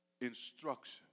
instruction